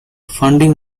funding